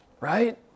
right